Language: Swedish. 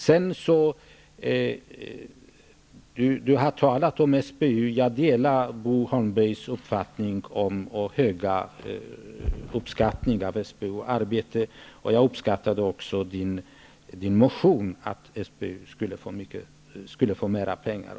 Bo Holmberg har talat om SBU. Jag delar uppfattningen därvidlag och den höga uppskattningen av SBU:s arbete. Jag satte också värde på Bo Holmbergs motion om att SBU skulle få mera pengar.